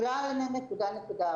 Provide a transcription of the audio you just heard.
לא אענה נקודה נקודה,